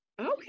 okay